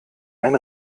ein